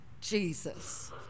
Jesus